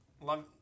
Love